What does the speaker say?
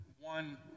one